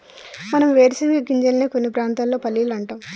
మనం వేరుశనగ గింజలనే కొన్ని ప్రాంతాల్లో పల్లీలు అంటాం